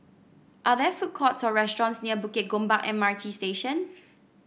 are there food courts or restaurants near Bukit Gombak M R T Station